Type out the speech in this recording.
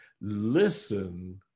listen